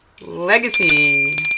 legacy